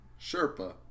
Sherpa